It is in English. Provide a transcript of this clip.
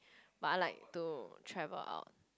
but I like to travel out